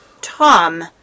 Tom